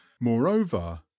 moreover